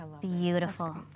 Beautiful